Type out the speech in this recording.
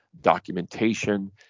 documentation